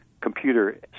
computer